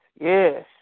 yes